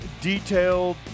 detailed